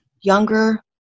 younger